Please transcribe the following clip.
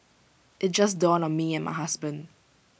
IT just dawned on me and my husband